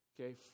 okay